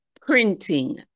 printing